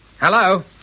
Hello